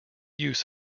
use